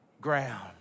ground